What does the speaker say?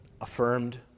affirmed